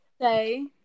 say